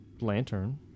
lantern